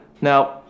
Now